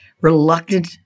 reluctant